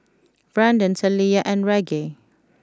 Branden Taliyah and Reggie